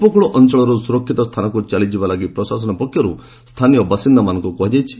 ଉପକୂଳ ଅଞ୍ଚଳରୁ ସୁରକ୍ଷିତ ସ୍ଥାନକୁ ଚାଲିଯିବା ଲାଗି ପ୍ରଶାସନ ପକ୍ଷରୁ ସ୍ଥାନୀୟ ବାସିନ୍ଦାମାନଙ୍କୁ କୁହାଯାଇଛି